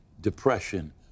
depression